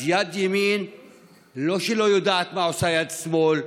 אז יד ימין לא שלא יודעת מה עושה יד שמאל,